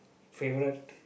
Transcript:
favorite